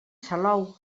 salou